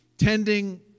tending